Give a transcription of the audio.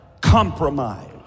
compromise